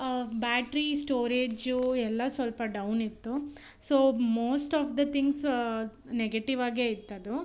battery storage ಎಲ್ಲ ಸ್ವಲ್ಪ down ಇತ್ತು so most of the things negative ಆಗೇ ಇತ್ತದು